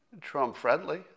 Trump-friendly